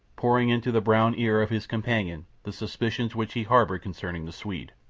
pouring into the brown ear of his companion the suspicions which he harboured concerning the swede.